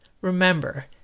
remember